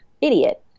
idiot